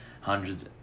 hundreds